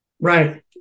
Right